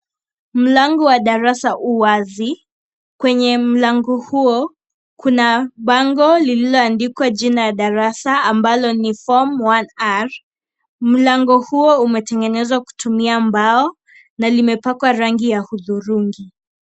Mlango wa darasa u wazi, kwenye mlango huo, kuna, bango, lililoandikwa jina ya darasa, ambalo ni (cs) form 1 R(cs), mlango huo umetengenezwa kutumia mbao, na limepakwa rangi ya huthurungi.